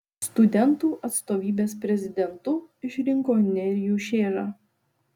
studentų atstovybės prezidentu išrinko nerijų šėžą